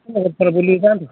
ଆସିକି ଥରେ ବୁଲିକି ଯାଆନ୍ତୁ